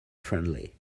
friendly